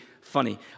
funny